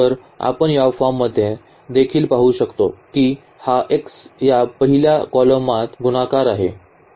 तर आपण या फॉर्ममध्ये देखील पाहु शकतो की हा x या पहिल्या कॉलमात गुणाकार आहे